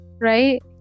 right